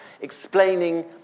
explaining